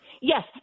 yes